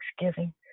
thanksgiving